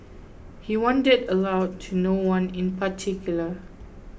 he wondered aloud to no one in particular